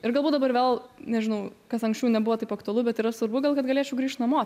ir galbūt dabar vėl nežinau kas anksčiau nebuvo taip aktualu bet yra svarbu gal kad galėčiau grįžt namo